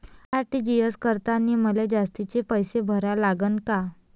RTGS करतांनी मले जास्तीचे पैसे भरा लागन का?